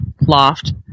loft